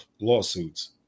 lawsuits